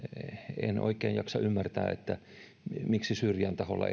en oikein jaksa ymmärtää miksi syyrian taholla